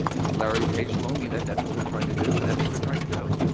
and larry page told me that that's what they're trying to do, and that's what they're trying to do.